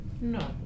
no